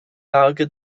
lage